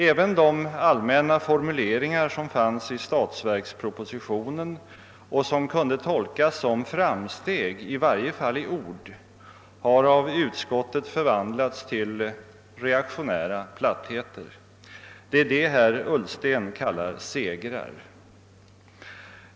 Även de allmänna formuleringar som fanns i. statsverkspropositionen och som kunde tolkas som framsteg — i varje fall i ord — har av utskottet förvandlats till reaktionära plattheter. Det är det herr Ullsten kallar segrar.